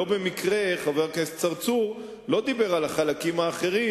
לא במקרה חבר הכנסת צרצור לא דיבר על החלקים האחרים,